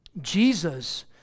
Jesus